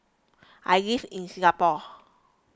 I live in Singapore